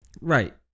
Right